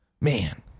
man